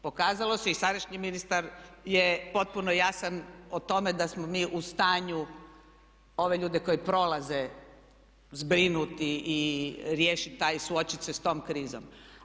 Pokazalo se, i sadašnji ministar je potpuno jasan o tome da smo mi u stanju ove ljude koji prolaze zbrinuti i riješiti, suočiti se s tom krizom.